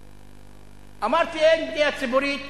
אמרתי, אין בנייה ציבורית